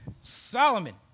Solomon